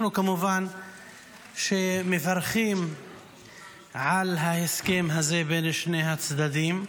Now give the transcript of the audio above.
אנחנו כמובן מברכים על ההסכם הזה בין שני הצדדים,